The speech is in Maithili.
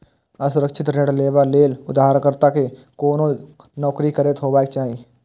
असुरक्षित ऋण लेबा लेल उधारकर्ता कें कोनो नौकरी करैत हेबाक चाही